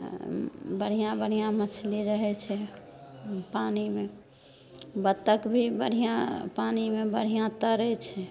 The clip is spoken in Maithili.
बढ़िआँ बढ़िआँ मछली रहैत छै पानिमे बतख भी पानिमे बढ़िआँ तैरैत छै